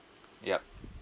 yup